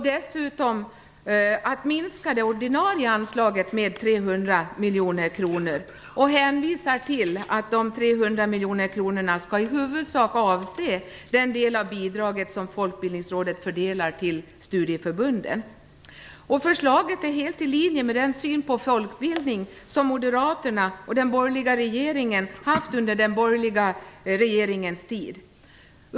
Dessutom vill man minska det ordinarie anslaget med 300 miljoner kronor och hänvisar till att de 300 miljoner kronorna i huvudsak skall avse den del av bidraget som Folkbildningsrådet fördelar till studieförbunden. Förslagen är helt i linje med den syn på folkbildning som moderaterna och den borgerliga regeringen haft under den borgerliga regeringens tid.